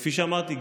כפי שאמרתי,